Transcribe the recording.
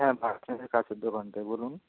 হ্যাঁ কাছের দোকানটায় বলুন